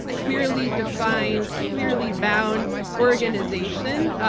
clearly defined, clearly bound organization.